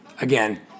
Again